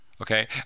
okay